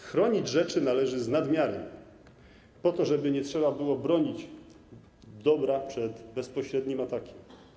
Chronić rzeczy należy z nadmiarem, po to, żeby nie trzeba było bronić dobra przed bezpośrednim atakiem.